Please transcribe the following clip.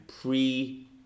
pre